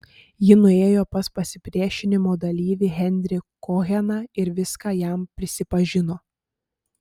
ji nuėjo pas pasipriešinimo dalyvį henrį koheną ir viską jam prisipažino